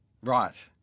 Right